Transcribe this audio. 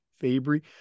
Fabry